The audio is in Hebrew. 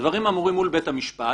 הדברים אמורים מול בית המשפט,